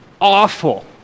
awful